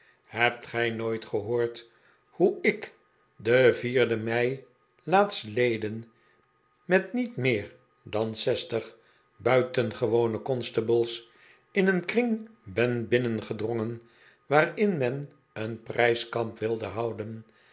hebt gij nooit gehoord hoe ik den vierden mei laatstleden met niet meer dan zestig buitengewone constables in een kring ben binnengedrorigen waarin men een prijskamp wilde houden